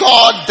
God